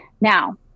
Now